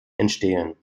entstehen